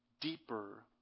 deeper